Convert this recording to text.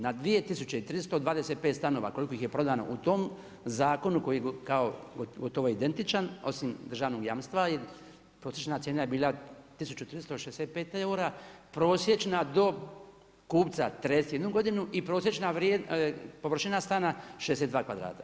Na 2325 stanova koliko ih je prodano u tom zakonu koji kao gotovo identičan osim državnog jamstva, prosječna cijela je bila 1365 eura, prosječna dob kupca 31 godinu i prosječna površina stana 62 kvadrata.